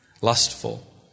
lustful